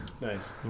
Nice